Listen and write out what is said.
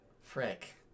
frick